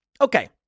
Okay